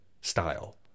style